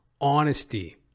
honesty